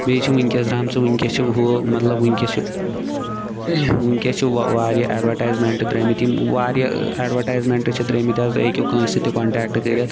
بیٚیہِ چھِ وٕنکٮ۪س درٛامژٕ ؤنکٮ۪س چھِ ہُہ مطلب وٕنکٮ۪س چھِ وٕنکٮ۪س چھِ وَ واریاہ اٮ۪ڈوَٹایزَمَنٛٹ درٛٲے مٕتۍ یِم واریاہ اٮ۪ڈوَٹایزمَنٛٹ چھِ درٛٲے مٕتۍ حظ تُہۍ ہیٚکو کٲنٛسہِ تہِ کنٹیکٹ کٔرِتھ